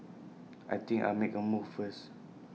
I think I'll make A move first